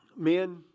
Men